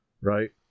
right